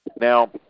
Now